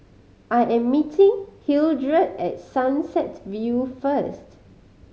I am meeting Hildred at Sunset View first